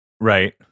Right